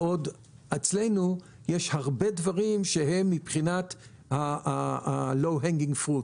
בעוד אצלנו יש הרבה דברים שהם מבחינת ה-low hanging food ,